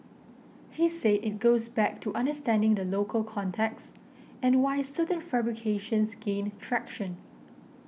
he say it goes back to understanding the local context and why certain fabrications gain traction